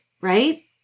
Right